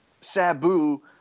Sabu